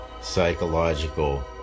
psychological